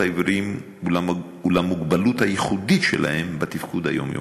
העיוורים ולמוגבלות הייחודית שלהם בתפקוד היומיומי.